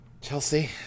Chelsea